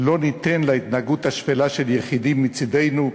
לא ניתן להתנהגות השפלה של יחידים מצדנו,